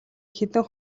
хэдэн